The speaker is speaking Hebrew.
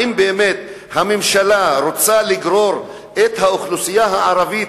האם באמת הממשלה רוצה לגרור את האוכלוסייה הערבית